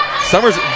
Summers